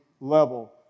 level